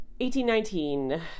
1819